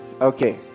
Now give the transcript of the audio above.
Okay